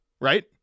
right